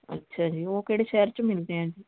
ਅੱਛਿਆ ਜੀ ਉਹ ਕਿਹੜੇ ਸ਼ਹਿਰ 'ਚ ਮਿਲਦੇ ਹੈ ਜੀ